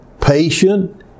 patient